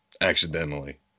accidentally